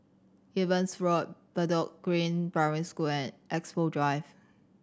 Evans Road Bedok Green Primary School and Expo Drive